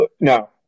No